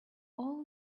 all